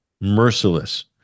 merciless